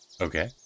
okay